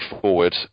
forward